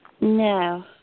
No